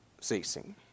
ceasing